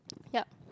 yup